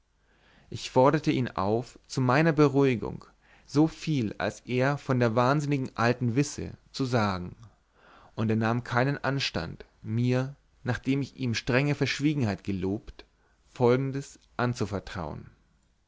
ich forderte ihn auf zu meiner beruhigung so viel als er von der wahnsinnigen alten wisse zu sagen und er nahm keinen anstand mir nachdem ich ihm strenge verschwiegenheit gelobt folgendes anzuvertrauen